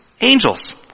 Angels